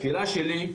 השאלה שלי,